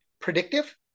Predictive